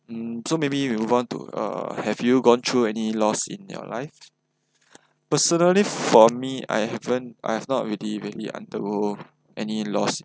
hmm so maybe we move on to uh have you gone through any loss in your life personally for me I haven't I have not really really undergo any loss